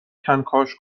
کنکاش